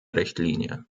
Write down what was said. richtlinie